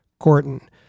Gorton